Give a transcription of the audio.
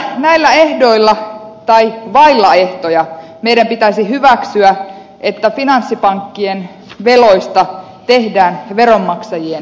näillä ehdoilla tai vailla ehtoja meidän pitäisi hyväksyä että finanssipankkien veloista tehdään veronmaksajien velkaa